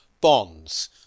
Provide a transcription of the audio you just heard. bonds